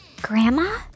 Grandma